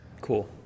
Cool